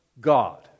God